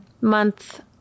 month